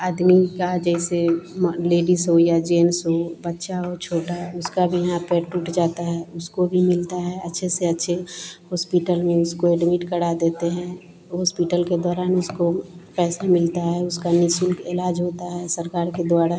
आदमी का जैसे म लेडिस हो या जेन्स हो बच्चा हो छोटा उसके भी हाथ पैर टूट जाता है उसको भी मिलता है अच्छे से अच्छे होस्पिटल में उसको एडमिट करा देते हैं होस्पिटल के दौरान उसको पैसा मिलता है उसका निःशुल्क इलाज होता है सरकार के द्वारा